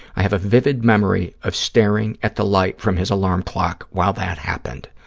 i have a vivid memory of staring at the light from his alarm clock while that happened.